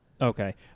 Okay